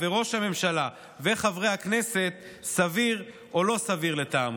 וראש הממשלה וחברי הכנסת סביר או לא סביר לטעמו.